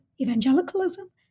evangelicalism